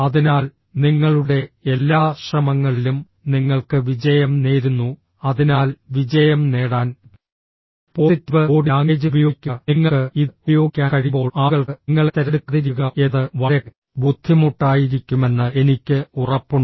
അതിനാൽ നിങ്ങളുടെ എല്ലാ ശ്രമങ്ങളിലും നിങ്ങൾക്ക് വിജയം നേരുന്നു അതിനാൽ വിജയം നേടാൻ പോസിറ്റീവ് ബോഡി ലാംഗ്വേജ് ഉപയോഗിക്കുക നിങ്ങൾക്ക് ഇത് ഉപയോഗിക്കാൻ കഴിയുമ്പോൾ ആളുകൾക്ക് നിങ്ങളെ തിരഞ്ഞെടുക്കാതിരിക്കുക എന്നത് വളരെ ബുദ്ധിമുട്ടായിരിക്കുമെന്ന് എനിക്ക് ഉറപ്പുണ്ട്